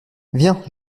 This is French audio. viens